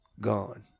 gone